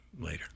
later